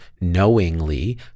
knowingly